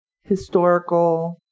historical